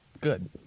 good